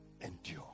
Endure